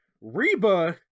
Reba